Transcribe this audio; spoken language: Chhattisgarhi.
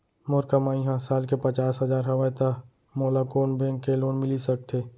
मोर कमाई ह साल के पचास हजार हवय त मोला कोन बैंक के लोन मिलिस सकथे?